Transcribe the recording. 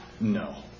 No